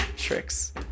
tricks